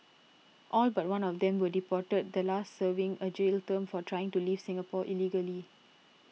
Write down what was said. all but one of them were deported the last serving a jail term for trying to leave Singapore illegally